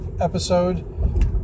episode